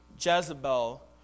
Jezebel